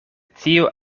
tio